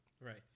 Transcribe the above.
Right